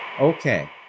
Okay